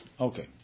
Okay